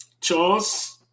Charles